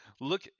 Look